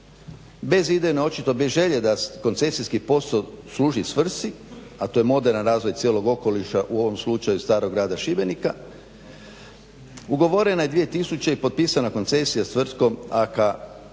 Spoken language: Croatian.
bez idejne očito bez želje da koncesijski posao služi svrsi a to je moderan razvoj cijelog okoliša u ovom slučaju Starog grada Šibenika, ugovorena je 2000.i potpisana koncesija s Tvrtkom ANK